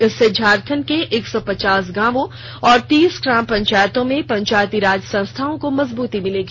इससे झारखंड के एक सौ पचास गांवों और तीस ग्राम पंचायतों में पंचायती राज संस्थाओं को मजबूती मिलेगी